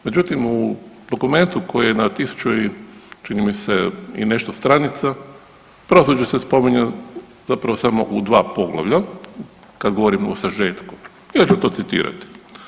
Međutim, u dokumentu koji je na 1000 i čini mi se, i nešto stranica, pravosuđe se spominje zapravo samo u 2 poglavlja, kad govorimo o sažetku, ja ću to citirati.